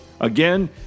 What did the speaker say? Again